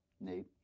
Nate